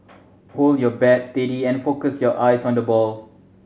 hold your bat steady and focus your eyes on the ball